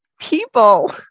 people